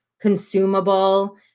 consumable